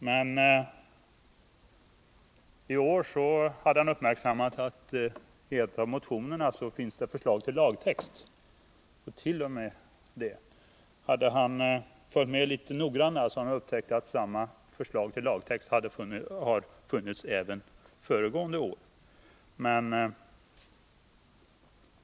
Men i år hade han uppmärksammat att det i en av motionerna t.o.m. finns förslag till lagtext. Hade han följt med litet noggrannare hade han upptäckt att samma förslag till lagtext har funnits även föregående år.